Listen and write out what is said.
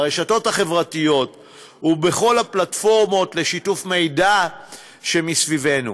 ברשתות החברתיות ובכל הפלטפורמות לשיתוף מידע שמסביבנו.